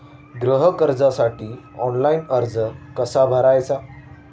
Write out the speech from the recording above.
गृह कर्जासाठी ऑनलाइन अर्ज कसा भरायचा?